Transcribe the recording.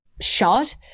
shot